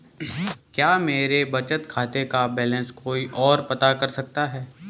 क्या मेरे बचत खाते का बैलेंस कोई ओर पता कर सकता है?